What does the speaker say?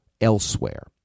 elsewhere